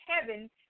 heaven